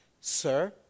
Sir